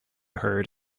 heard